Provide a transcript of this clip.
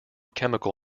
chemical